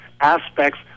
aspects